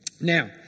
Now